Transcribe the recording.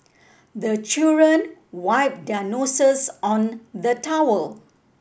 the children wipe their noses on the towel